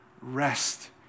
rest